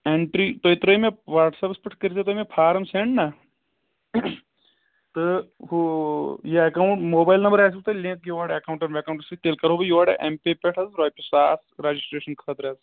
entry تُہۍ ترٲووِ مےٚ واٹس ایپس پٮ۪ٹھ کٔرتو مےٚ تُہۍ فارم سیٚنٛڈ نہ تہٕ ہُہ یہِ ایکوُنٹ موبایل نَمبر آسیوٕ تۄہہِ لِنٛک ایٚکونٛٹس ویٚکونٛٹس سۭتۍ تیٚلہِ کَرٕ ہو بہٕ یورٕ ایم پے پٮ۪ٹھ حظ رۄپیہِ ساس رجسٹریشن خٲطرٕ حظ